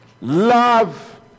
love